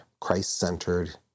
Christ-centered